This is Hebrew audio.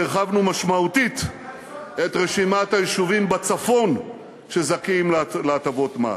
הרחבנו משמעותית את רשימת היישובים בצפון שזכאים להטבות מס,